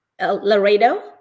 Laredo